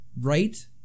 right